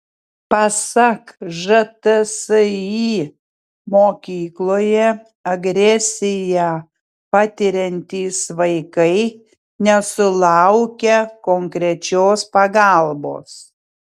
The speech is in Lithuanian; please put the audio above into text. pasak žtsi mokykloje agresiją patiriantys vaikai nesulaukia konkrečios pagalbos